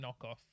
knockoff